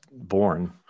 born